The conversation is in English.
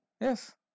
Yes